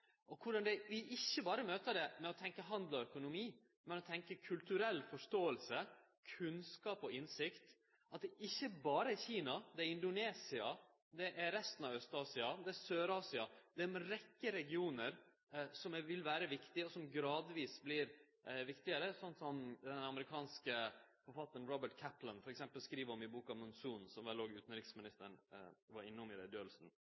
og korleis vi ikkje berre møter det med å tenkje handel og økonomi, men tenkje kulturell forståing, kunnskap og innsikt, at det ikkje berre er Kina, det er Indonesia, det er resten av Aust-Asia, det er Sør-Asia – ei rekkje regionar – som vil vere viktige, og som gradvis vert viktigare, sånn som f.eks. den amerikanske forfattaren Robert Kaplan skriv om i boka «Monsoon», som vel òg utanriksministeren var innom i